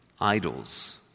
idols